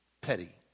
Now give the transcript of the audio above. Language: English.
petty